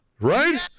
Right